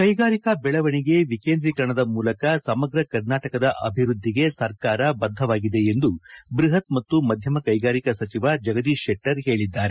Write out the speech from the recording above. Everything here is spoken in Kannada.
ಕೈಗಾರಿಕಾ ಬೆಳವಣಿಗೆ ವಿಕೇಂದ್ರೀಕರಣ ಮೂಲಕ ಸಮಗ್ರ ಕರ್ನಾಟಕದ ಅಭಿವೃದ್ಧಿಗೆ ಸರ್ಕಾರ ಬದ್ಧವಾಗಿದೆ ಎಂದು ಬೃಪತ್ ಮತ್ತು ಮಧ್ಯಮ ಕೈಗಾರಿಕಾ ಸಚಿವ ಜಗದೀಶ್ ಶೆಟ್ಟರ್ ಪೇಳಿದ್ದಾರೆ